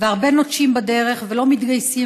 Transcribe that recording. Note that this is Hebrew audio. והרבה נוטשים בדרך ולא מתגייסים,